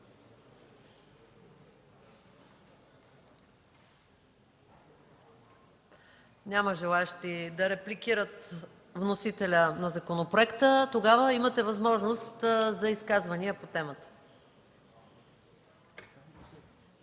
Няма желаещи да репликират вносителя на законопроекта. Имате възможност за изказвания по темата.